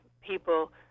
people